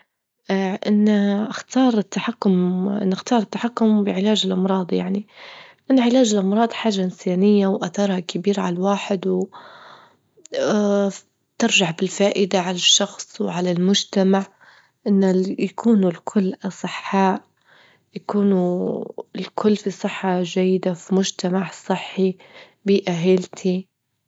إن أختار التحكم- نختار التحكم بعلاج الأمراض يعني، لإن علاج الأمراض حاجة إنسانية وأثرها كبير عالواحد ترجع بالفائدة على الشخص وعلى المجتمع إن يكونوا الكل أصحاء، يكونوا الكل في صحة جيدة، في مجتمع صحي، بيئة صحية.